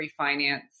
refinance